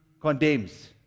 condemns